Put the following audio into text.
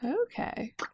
okay